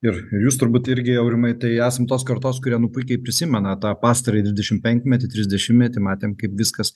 ir ir jūs turbūt irgi aurimai tai esam tos kartos kurie nu puikiai prisimena tą pastarąjį dvidešimtpenkmetį trisdešimtmetį matėm kaip viskas